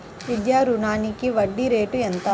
విద్యా రుణానికి వడ్డీ రేటు ఎంత?